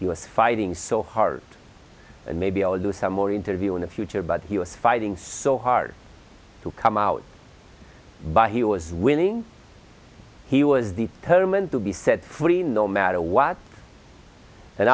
us fighting so hard and maybe i'll do some more interview in the future but he was fighting so hard to come out by he was winning he was determined to be set free no matter what and